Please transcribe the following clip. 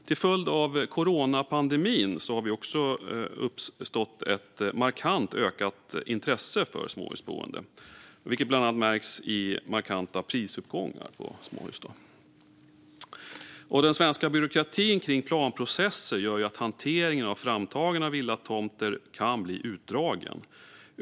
Till följd av coronapandemin har dessutom intresset för småhusboende ökat markant, vilket bland annat märkts i stora prisuppgångar. Den svenska byråkratin kring planprocesser gör att hanteringen av framtagandet av villatomter kan bli utdragen.